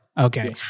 Okay